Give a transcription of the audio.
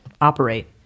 operate